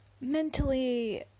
mentally